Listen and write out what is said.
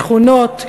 שכונות,